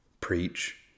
preach